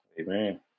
Amen